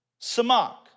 Samak